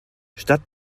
statt